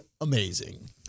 amazing